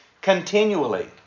continually